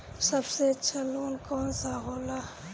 सबसे अच्छा लोन कौन सा होला?